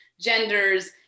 genders